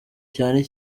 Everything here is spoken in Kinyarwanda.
cyane